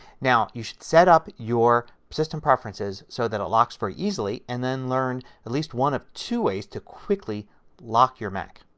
now you should set up your system preferences so that it locks very easily and then learn at least one of two ways to quickly lock your mac.